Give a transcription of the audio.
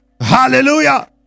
Hallelujah